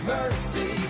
Mercy